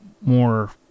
more